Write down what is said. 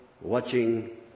watching